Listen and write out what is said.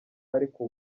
ariko